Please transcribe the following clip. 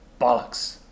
Bollocks